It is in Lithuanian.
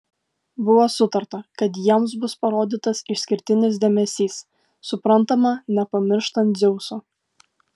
buvo sutarta kad jiems bus parodytas išskirtinis dėmesys suprantama nepamirštant dzeuso